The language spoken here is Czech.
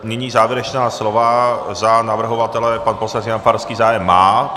Nyní závěrečná slova za navrhovatele pan poslanec Jan Farský zájem má.